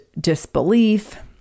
disbelief